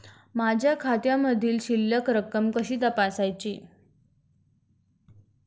माझ्या खात्यामधील शिल्लक रक्कम कशी तपासायची?